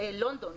לונדון,